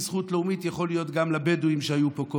כי זכות לאומית יכולה להיות גם לבדואים שהיו כאן קודם,